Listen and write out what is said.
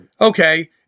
okay